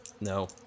No